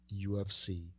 UFC